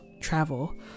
travel